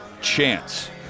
chance –